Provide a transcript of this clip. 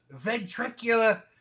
ventricular